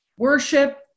Worship